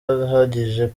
ahagije